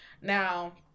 Now